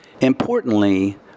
Importantly